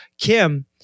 Kim